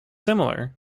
similar